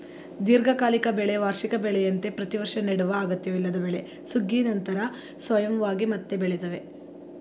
ದೀರ್ಘಕಾಲಿಕ ಬೆಳೆ ವಾರ್ಷಿಕ ಬೆಳೆಯಂತೆ ಪ್ರತಿವರ್ಷ ನೆಡುವ ಅಗತ್ಯವಿಲ್ಲದ ಬೆಳೆ ಸುಗ್ಗಿ ನಂತರ ಸ್ವಯಂವಾಗಿ ಮತ್ತೆ ಬೆಳಿತವೆ